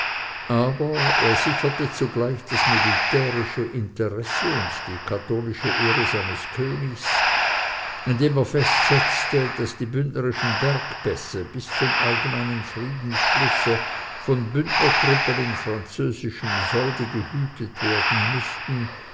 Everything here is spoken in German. aber er sicherte zugleich das militärische interesse und die katholische ehre seines königs indem er festsetzte daß die bündnerischen bergpässe bis zum allgemeinen friedensschlusse von bündnertruppen in französischem solde gehütet werden müßten